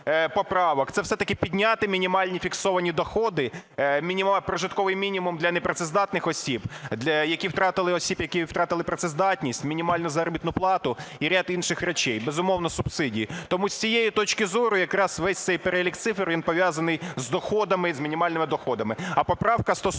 це все-таки підняти мінімальні фіксовані доходи, прожитковий мінімум для непрацездатних осіб, які втратили... осіб, які втратили працездатність, мінімальну заробітну плату і ряд інших речей, безумовно, субсидії. Тому з цієї точки зору якраз весь цей перелік цифр, він пов'язаний з доходами, із мінімальними доходами.